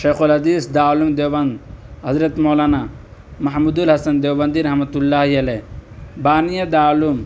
شیخ الحدیث دارالعلوم دیوبند حضرت مولانا محمود الحسن دیوبندی رحمتہ اللّہ علیہ بانی دارالعلوم